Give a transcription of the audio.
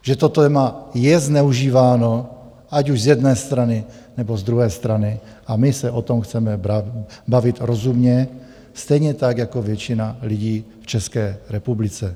Že to téma je zneužíváno, ať už z jedné strany, nebo z druhé strany, a my se o tom chceme bavit rozumně stejně tak jako většina lidí v České republice.